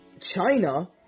China